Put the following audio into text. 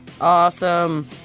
Awesome